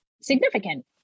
significant